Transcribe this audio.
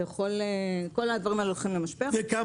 כל הדברים האלה הולכים למשפך.